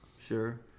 Sure